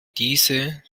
diese